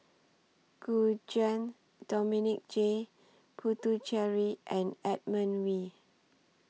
Gu Juan Dominic J Puthucheary and Edmund Wee